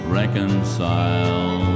reconcile